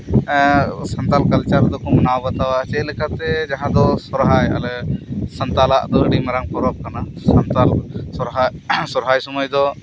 ᱮᱸᱜ ᱥᱟᱱᱛᱟᱲ ᱠᱟᱞᱪᱟᱨ ᱫᱚᱠᱚ ᱢᱟᱱᱟᱣ ᱵᱟᱛᱟᱣᱟ ᱪᱮ ᱞᱮᱠᱟᱛᱮ ᱡᱟᱦᱟᱸ ᱫᱚ ᱥᱚᱨᱦᱟᱭ ᱟᱞᱮ ᱥᱟᱱᱛᱟᱲᱟᱜ ᱫᱚ ᱟᱹᱰᱤᱢᱟᱨᱟᱝ ᱯᱚᱨᱚᱵ ᱠᱟᱱᱟ ᱥᱟᱱᱛᱟᱲ ᱥᱚᱨᱦᱟᱭ ᱥᱚᱨᱦᱟᱭ ᱥᱩᱢᱟᱹᱭ ᱫᱚ